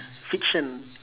fiction